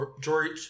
George